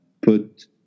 put